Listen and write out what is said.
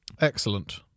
Excellent